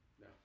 No